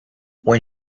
when